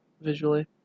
visually